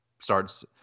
starts